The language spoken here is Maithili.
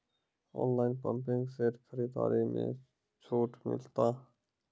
ऑनलाइन पंपिंग सेट खरीदारी मे छूट मिलता?